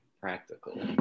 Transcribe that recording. practical